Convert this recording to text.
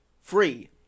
free